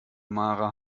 mara